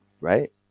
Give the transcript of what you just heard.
right